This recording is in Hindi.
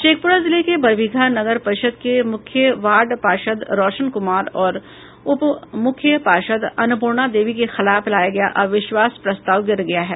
शेखपुरा जिले के बरबीघा नगर परिषद के मुख्य वार्ड पार्षद रौशन कुमार और उप मूख्य पार्षद अन्नपूर्णा देवी के खिलाफ लाया गया अविश्वास प्रस्ताव गिर गया है